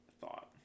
thought